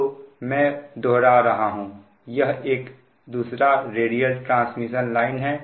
तो मैं दोहरा रहा हूं यह एक दूसरा रेडियल ट्रांसमिशन लाइन है